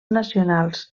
nacionals